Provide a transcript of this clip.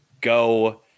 go